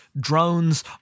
drones